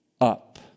up